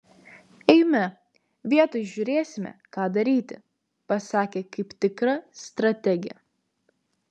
eime vietoj žiūrėsime ką daryti pasakė kaip tikra strategė